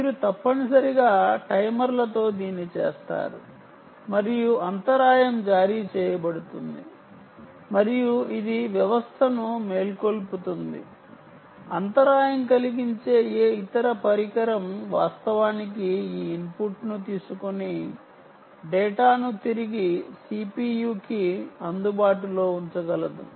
మీరు తప్పనిసరిగా టైమర్లతో దీన్ని చేస్తారు మరియు అంతరాయం జారీ చేయబడుతుంది మరియు ఇది వ్యవస్థను మేల్కొల్పుతుంది అంతరాయం కలిగించే ఏ ఇతర పరికరం వాస్తవానికి ఈ ఇన్పుట్ను తీసుకొని డేటాను తిరిగి CPU కి అందుబాటులో ఉంచగలదు